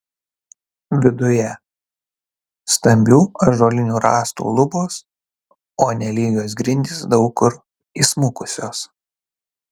viduje stambių ąžuolinių rąstų lubos o nelygios grindys daug kur įsmukusios